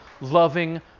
loving